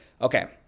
okay